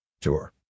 Tour